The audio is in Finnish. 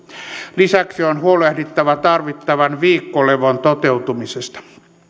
lisäksi on on huolehdittava tarvittavan viikkolevon toteutumisesta